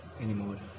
anymore